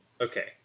Okay